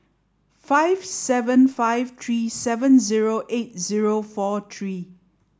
five seven five three seven zero eight zero four three